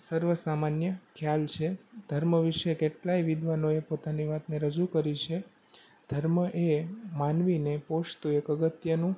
સર્વ સામાન્ય ખ્યાલ છે ધર્મ વિશે કેટલાય વિદ્વાનોએ પોતાની વાતને રજૂ કરી છે ધર્મ એ માનવીને પોષતું એક અગત્યનું